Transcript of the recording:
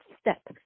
step